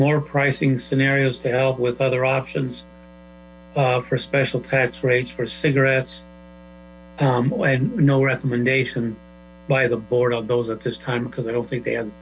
more pricing scenarios to help with other options for special tax rates for cigaret we had no recommendation by the board of those at this time because i don't think they had